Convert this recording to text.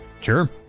sure